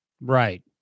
Right